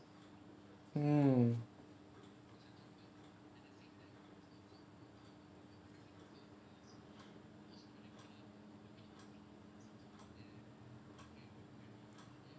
mm